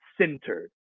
centered